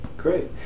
great